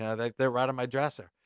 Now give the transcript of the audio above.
yeah like they're right on my dresser.